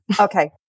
Okay